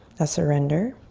a surrender.